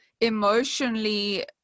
emotionally